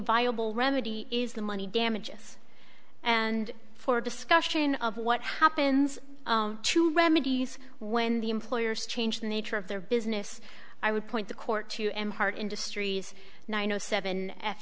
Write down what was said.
viable remedy is the money damages and for a discussion of what happens to remedies when the employers change the nature of their business i would point the court to em hard industries nine zero seven